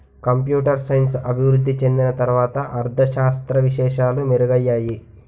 computer science అభివృద్ధి చెందిన తర్వాత అర్ధ శాస్త్ర విశేషాలు మెరుగయ్యాయి